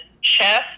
chef